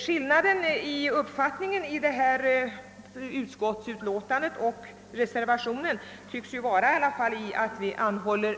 Skillnaden mellan utskottsmajoriteten och reservanterna tycks vara att